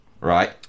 right